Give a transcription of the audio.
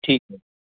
ਠੀਕ ਹੈ